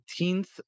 18th